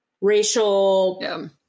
racial